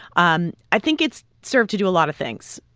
um i think it's served to do a lot of things.